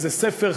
זה ספר,